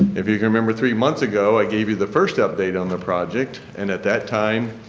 if you can remember three months ago i gave you the first update on the project and at that time